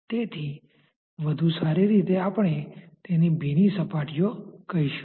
તેથી વધુ સારી રીતે આપણે તેને ભીની સપાટીઓ કહીશુ